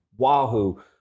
Wahoo